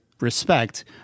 respect